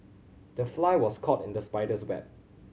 the fly was caught in the spider's web